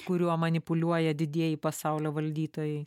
kuriuo manipuoliuoja didieji pasaulio valdytojai